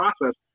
process